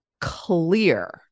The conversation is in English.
clear